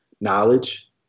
knowledge